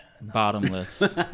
Bottomless